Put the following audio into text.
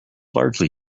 largely